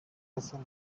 hassan